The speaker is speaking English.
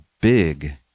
big